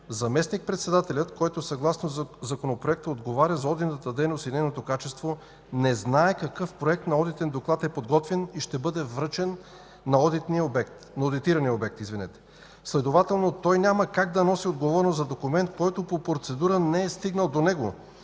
заместник-председателят, който съгласно Законопроекта отговаря за одитната дейност и нейното качество, не знае какъв проект на одитен доклад е подготвен и ще бъде връчен на одитирания обект. Следователно той няма как да носи отговорност за документ, който по процедура не е стигнал до него,